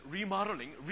Remodeling